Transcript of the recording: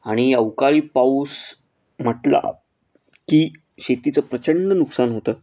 आणि अवकाळी पाऊस म्हटला की शेतीचं प्रचंड नुकसान होतं